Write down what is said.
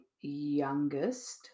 youngest